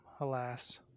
alas